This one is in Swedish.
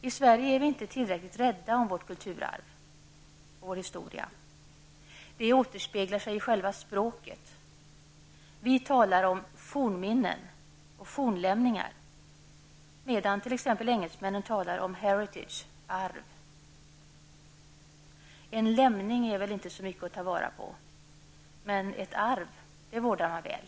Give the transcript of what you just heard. I Sverige är vi inte tillräckligt rädda om vårt kulturarv och vår historia. Det återspeglar sig i själva språket. Vi talar om ''fornminnen''och ''fornlämningar'' medan t.ex. engelsmännen talar om ''heritage'' -- arv. En lämning är väl inte så mycket att ta vara på, men ett arv vårdar man väl.